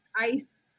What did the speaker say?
ice